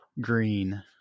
Green